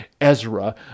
Ezra